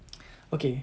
okay